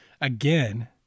again